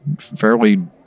fairly